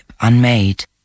unmade